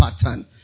pattern